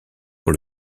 pour